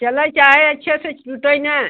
चलो चाहे अच्छे से टूटे ना